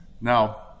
Now